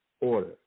order